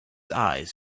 eyes